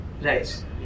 Right